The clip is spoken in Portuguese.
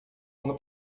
ano